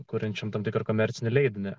kuriančiam tam tikrą komercinį leidinį